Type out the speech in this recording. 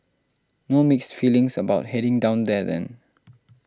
no mixed feelings about heading down there then